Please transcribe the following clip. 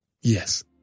Yes